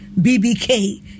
BBK